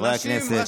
חברי הכנסת.